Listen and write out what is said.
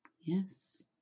Yes